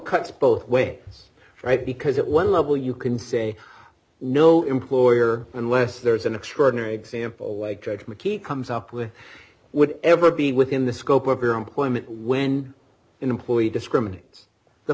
cuts both ways right because at one level you can say no employer unless there's an extraordinary example like judge mckee comes up with would ever be within the scope of your employment when an employee discriminates the